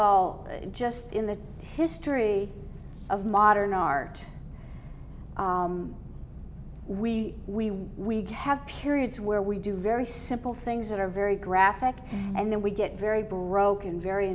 all just in the history of modern art we we we have periods where we do very simple things that are very graphic and then we get very broken very